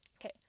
okay